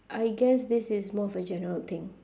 I guess this is more of a general thing